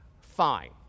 fine